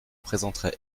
présenterai